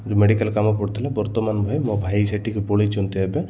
ଯେଉଁ ମେଡ଼ିକାଲ୍ କାମ ପଡ଼ିଥିଲା ବର୍ତ୍ତମାନ ଭାଇ ମୋ ଭାଇ ସେଠିକି ପଳାଇଛନ୍ତି